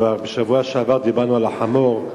כבר בשבוע שעבר דיברנו על החמור,